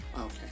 Okay